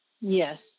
Yes